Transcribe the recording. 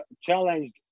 challenged